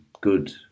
good